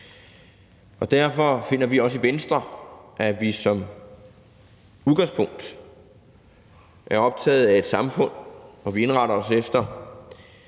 Derfor finder vi også i Venstre, at vi som udgangspunkt er optaget af et samfund, hvor vi indretter os på